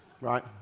right